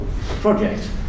project